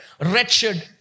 wretched